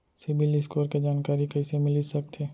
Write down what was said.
CIBIL score के जानकारी कइसे मिलिस सकथे?